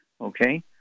Okay